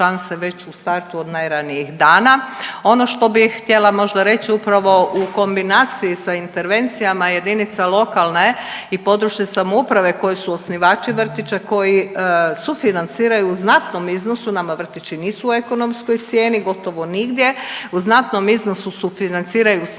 već u startu od najranijih dana. Ono što bi htjela možda reći upravo u kombinaciji sa intervencijama jedinica lokalne i područne samouprave koji su osnivači vrtića, koji sufinanciraju u znatnom iznosu nama vrtići nisu u ekonomskoj cijeni gotovo nigdje, u znatnom iznosu sufinanciraju smještaj